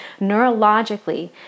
neurologically